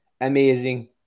amazing